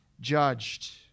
judged